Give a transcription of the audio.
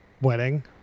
wedding